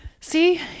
see